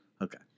Okay